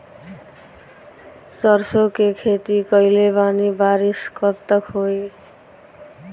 सरसों के खेती कईले बानी बारिश कब तक होई?